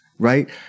Right